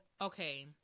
Okay